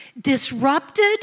disrupted